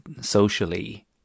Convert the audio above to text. socially